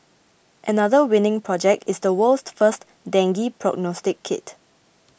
another winning project is the world's first dengue prognostic kit